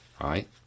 right